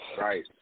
Right